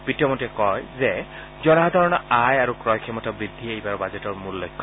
বিত্তমন্ত্ৰীয়ে কয় যে জনসাধাৰণৰ আয় আৰু ক্ৰয় ক্ষমতা বৃদ্ধি এইবাৰ বাজেটৰ মূল লক্ষ্য